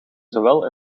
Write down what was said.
zowel